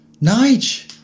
Nigel